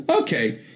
Okay